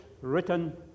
written